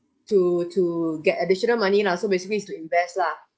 to to get additional money lah so basically is to invest lah